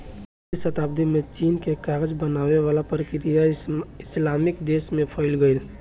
आठवीं सताब्दी में चीन के कागज बनावे वाला प्रक्रिया इस्लामिक देश में फईल गईल